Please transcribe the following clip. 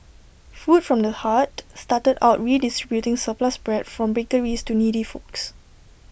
food from the heart started out redistributing surplus bread from bakeries to needy folks